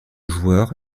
joueur